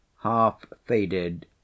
half-faded